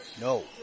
No